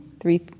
Three